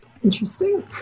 interesting